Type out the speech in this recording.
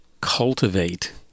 cultivate